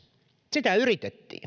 sitä yritettiin